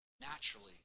naturally